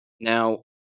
Now